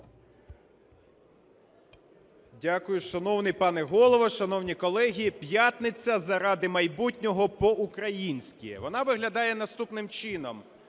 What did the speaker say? Дякую. Шановний пане Голово, шановні колеги! П'ятниця заради майбутнього по-українськи, вона виглядає наступним чином.